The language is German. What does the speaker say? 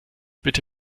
bitte